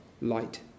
light